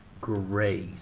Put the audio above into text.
Grace